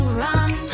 run